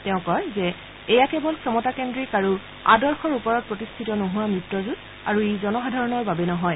তেওঁ কয় যে এয়া কেৱল ক্ষমতাকেদ্ৰিক আৰু আদৰ্শৰ ওপৰত প্ৰতিষ্ঠিত নোহোৱা মিত্ৰজোঁট আৰু ই জনসাধাৰণৰ বাবে নহয়